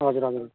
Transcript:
हजुर हजुर